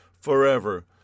forever